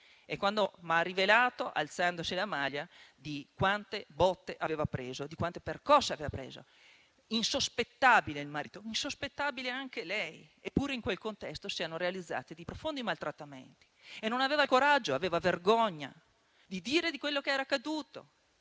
che però mi ha rivelato, alzandosi la maglia, quante botte aveva preso, quante percosse aveva preso. Il marito era insospettabile e anche lei. Eppure in quel contesto si erano realizzati dei profondi maltrattamenti e non aveva il coraggio, aveva vergogna di parlare di quello che era accaduto,